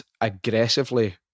aggressively